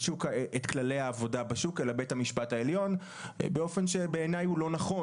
כללי העבודה בשוק אלא בית המשפט העליון באופן שבעיני הוא לא נכון.